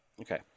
Okay